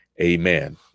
Amen